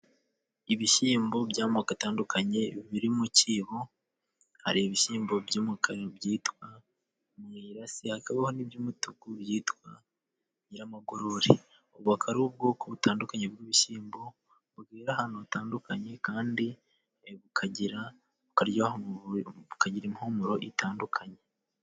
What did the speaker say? Ibishyimbo by'amoko atandukanye biri mu cyibo. Hari ibishyimbo by'umukara byitwa mwirasi hakabaho n'iby'umutuku byitwa nyiramagorori. Ubu aka ari ubwoko butandukanye bw'ibishyimbo bwera ahantu hatandukanye kandi bukagira bukaryoha, bukagira impumuro itandukanye.